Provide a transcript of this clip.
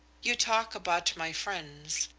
you talk about my friends.